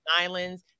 islands